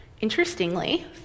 interestingly